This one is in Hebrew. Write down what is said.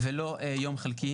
מאיפה אתה מביא את היום הנוסף?